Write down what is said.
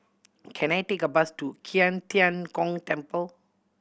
can I take a bus to Tian Gong Temple